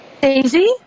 Daisy